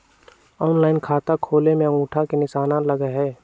Online खाता खोले में अंगूठा के निशान लगहई?